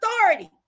authority